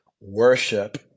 Worship